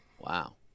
Wow